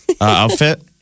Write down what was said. outfit